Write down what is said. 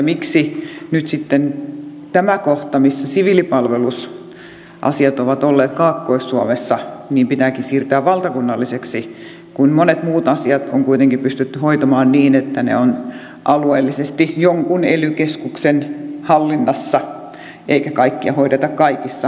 miksi nyt tämä kohta missä siviilipalvelusasiat ovat olleet kaakkois suomessa pitääkin siirtää valtakunnalliseksi kun monet muut asiat on kuitenkin pystytty hoitamaan niin että ne ovat alueellisesti jonkun ely keskuksen hallinnassa eikä kaikkea hoideta kaikissa